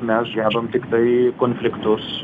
mes gebam tiktai konfliktus